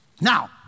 Now